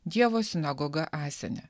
dievo sinagoga asene